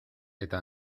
eta